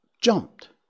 jumped